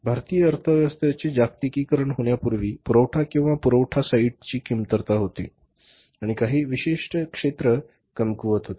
भारतीय अर्थव्यवस्थेचे जागतिकीकरण होण्यापूर्वी पुरवठा किंवा पुरवठा साइटची कमतरता होती आणि काही विशिष्ट क्षेत्र कमकुवत होते